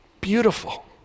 beautiful